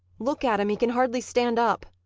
look at him. he can hardly stand up.